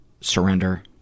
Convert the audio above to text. surrender